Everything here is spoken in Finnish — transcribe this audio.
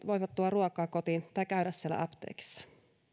voivat tuoda ruokaa kotiin tai käydä siellä apteekissa